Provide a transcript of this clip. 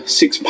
six